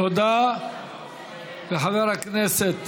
תודה לחבר הכנסת